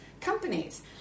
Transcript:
companies